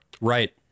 right